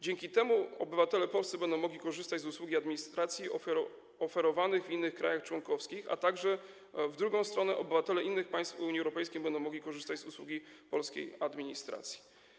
Dzięki temu obywatele polscy będą mogli korzystać z usług administracji oferowanych w innych krajach członkowskich, a także, w drugą stronę, obywatele innych państw Unii Europejskiej będą mogli korzystać z usług polskiej administracji.